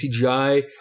CGI